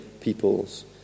peoples